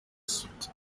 supt